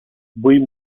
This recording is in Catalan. vull